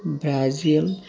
Brazil